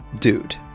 dude